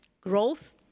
growth